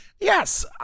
Yes